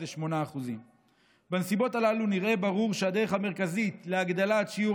שזה 8%. בנסיבות הללו נראה ברור שהדרך המרכזית להגדלת שיעור